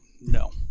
no